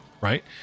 right